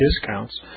discounts